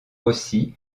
aussi